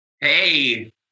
hey